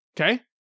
Okay